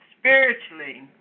spiritually